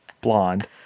Blonde